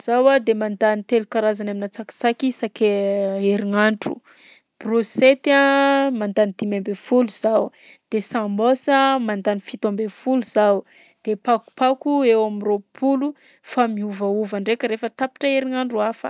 Zaho a de mandany telo karazany aminà tsakisaky isaka herignandro: brôsety a mandany dimy amby folo zaho, de sambôsa mandany fito amby folo zaho, de pakopako eo am'roapolo fa miovaova ndraika rehefa tapitra herignandro hafa.